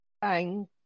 bang